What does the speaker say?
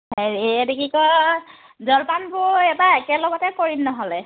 এই এইটো কি কয় জলপানবোৰ এইবাৰ একেলগতে কৰিম নহ'লে